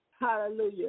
hallelujah